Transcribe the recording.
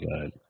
god